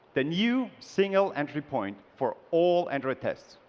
the new single entry point for all android tests.